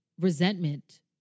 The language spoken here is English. resentment